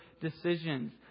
decisions